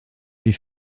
die